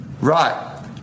Right